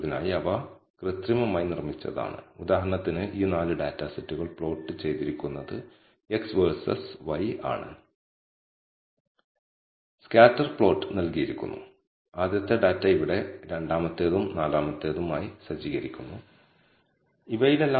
അതിനാൽ ലീനിയർ മോഡലിന്റെ ഏത് ഗുണകങ്ങൾ പ്രാധാന്യമുള്ളതാണെന്ന് കണ്ടെത്തുന്നതിനുള്ള ഈ പ്രത്യേക പരിശോധന ഏകീകൃത സാഹചര്യത്തിൽ മാത്രമല്ല മൾട്ടി ലീനിയർ റിഗ്രഷനിൽ കൂടുതൽ ഉപയോഗപ്രദമാണ് അവിടെ നമ്മൾ പ്രധാനപ്പെട്ട വേരിയബിളുകൾ തിരിച്ചറിയില്ല